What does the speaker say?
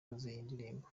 ndirimbo